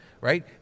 Right